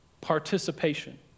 participation